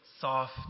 soft